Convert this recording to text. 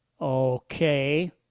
Okay